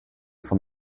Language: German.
von